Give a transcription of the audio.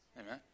Amen